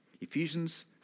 Ephesians